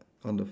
on the f~